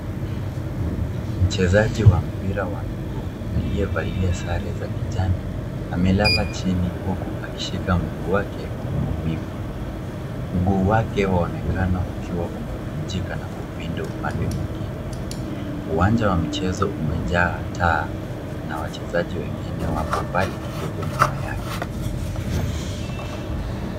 Mchezaji wa mpira wa miguu aliyevalia sare za kijani amelala chini huku akishika mguu wake kwa maumivu. Mguu wake waonekana ukiwa umevunjika na kupinda upande mwingine. Uwanja wa mchezo umejaa taa na wachezaji wengine wapo mbali kidogo nyuma yake.